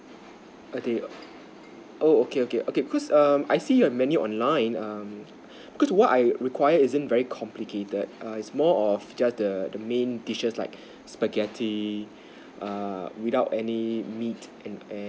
a day oo okay okay okay cause um I see your menu online um cause what I required is in very complicated is more of like err the the main dishes like spaghetti err without any meat and and